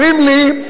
אומרים לי: